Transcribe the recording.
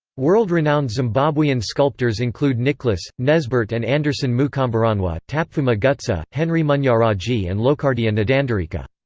world-renowned zimbabwean sculptors include nicholas, nesbert and anderson mukomberanwa, tapfuma gutsa, henry munyaradzi and locardia ndandarika.